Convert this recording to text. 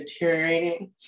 deteriorating